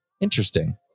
Interesting